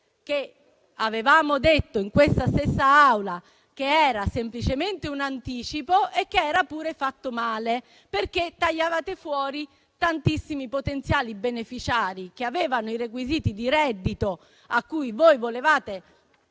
Avevamo detto in questa stessa Aula che era semplicemente un anticipo e che era pure fatto male, perché tagliavate fuori tantissimi potenziali beneficiari, che avevano i requisiti di reddito, a cui volevate